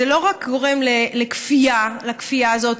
זה לא גורם רק לכפייה הזאת,